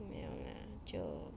没有 lah 就